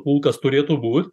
pulkas turėtų būt